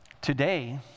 today